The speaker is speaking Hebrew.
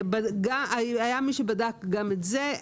היה מי שבדק גם את זה.